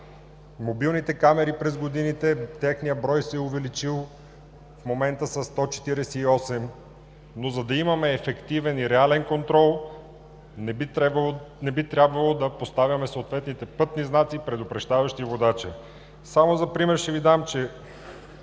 мобилните камери през годините се е увеличил, в момента са 148. Но за да имаме ефективен и реален контрол, не би трябвало да поставяме съответните пътни знаци, предупреждаващи водача. Само за пример ще Ви дам, че